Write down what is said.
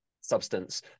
substance